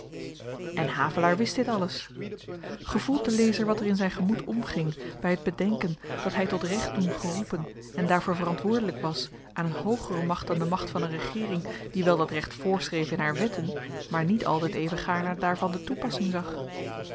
en havelaar wist dit alles gevoelt de lezer wat er in zyn gemoed omging by t bedenken dat hy tot recht doen geroepen en daarvoor verantwoordelyk was aan een hoogere macht dan de macht van een regeering die wel dat recht voorschreef in haar wetten maar niet altyd even gaarne daarvan de toepassing zag